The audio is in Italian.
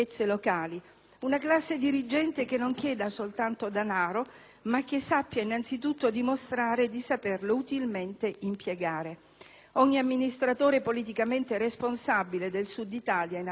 una classe dirigente che non chieda soltanto danaro ma che sappia innanzitutto dimostrare di saperlo utilmente impiegare. Ogni amministratore politicamente responsabile del Sud Italia, in altre parole,